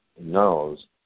knows